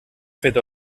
fet